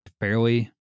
fairly